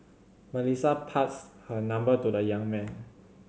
Melissa passed her number to the young man